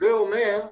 הווה אומר,